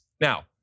Now